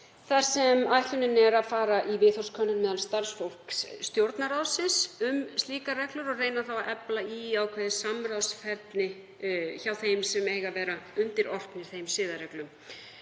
þar sem ætlunin er að fara í viðhorfskönnun meðal starfsfólks Stjórnarráðsins um slíkar reglur og reyna þá að efla ákveðið samráðsferli hjá þeim sem eiga að vera undirorpnir þeim siðareglum.